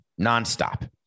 nonstop